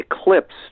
eclipsed